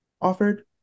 offered